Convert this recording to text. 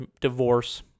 divorce